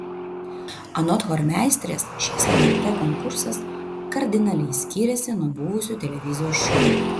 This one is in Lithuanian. anot chormeisterės šis lrt konkursas kardinaliai skiriasi nuo buvusių televizijos šou